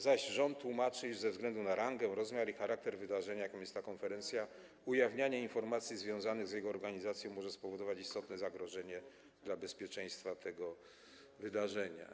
Zaś rząd tłumaczy, iż ze względu na rangę, rozmiar i charakter wydarzenia, jakim jest ta konferencja, ujawnianie informacji związanych z jego organizacją może spowodować istotne zagrożenie dla bezpieczeństwa tego wydarzenia.